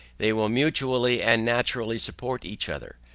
they will mutually and naturally support each other,